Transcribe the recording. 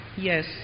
yes